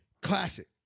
Classic